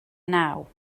naw